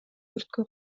өрткө